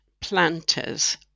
planters